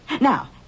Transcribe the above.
Now